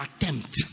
attempt